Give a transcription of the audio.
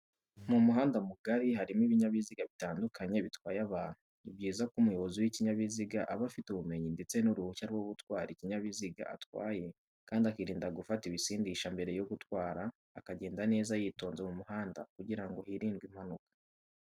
Mu muhanda mugari harimo ibinyabiziga bitandukanye bitwaye abantu, ni byiza ko umuyobozi w'ikinyabiziga aba afite ubumenyi ndetse n'uruhushya rwo gutwara ikinyabiziga atwaye kandi akirinda gufata ibisindisha mbere yo gutwara, akagenda neza yitonze mu muhanda kugira ngo hirindwe impanuka.